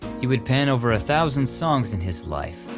he would pan over a thousand songs in his life,